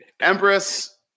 Empress